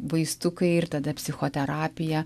vaistukai ir tada psichoterapija